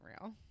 real